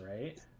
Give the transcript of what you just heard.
right